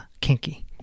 kinky